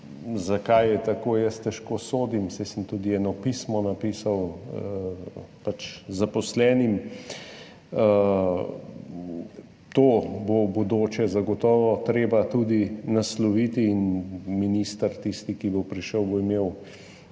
Zakaj je tako, jaz težko sodim, saj sem tudi eno pismo napisal zaposlenim. To bo v bodoče zagotovo treba tudi nasloviti in minister, tisti, ki bo prišel, bo imel